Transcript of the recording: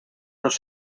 los